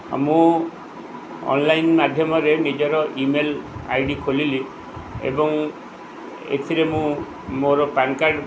ମୁଁ ଅନ୍ଲାଇନ୍ ମାଧ୍ୟମରେ ନିଜର ଇମେଲ୍ ଆଇ ଡ଼ି ଖୋଲିଲି ଏବଂ ଏଥିରେ ମୁଁ ମୋର ପାନ୍ କାର୍ଡ଼୍